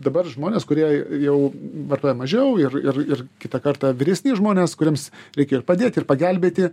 dabar žmonės kurie jau vartoja mažiau ir ir ir kitą kartą vyresni žmonės kuriems reikėjo ir padėt ir pagelbėti